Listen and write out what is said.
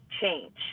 change